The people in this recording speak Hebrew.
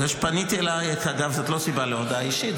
זה שפניתי אלייך, אגב, זאת לא סיבה להודעה אישית.